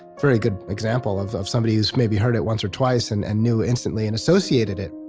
very good example of of somebody whose maybe heard it once or twice, and and knew instantly, and associated it